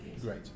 great